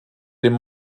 dem